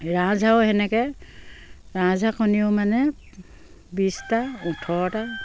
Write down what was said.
ৰাজহাঁহো সেনেকৈ ৰাজহাঁহ কণীও মানে বিছটা ওঠৰটা